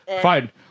Fine